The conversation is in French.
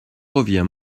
reviens